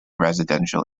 residential